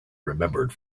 remembered